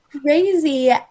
crazy